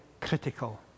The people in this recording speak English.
critical